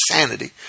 insanity